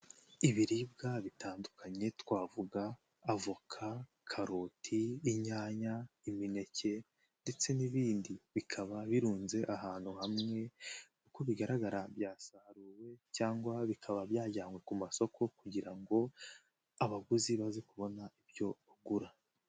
Ibiribwa bitandukanye twavuga avoka, karoti, inyanya, imineke ndetse n'ibindi, bikaba birunze ahantu hamwe, uko bigaragara byasaruwe cyangwa bikaba byajyanywe ku masoko kugira ngo abaguzi baze kubona ibyo bagura.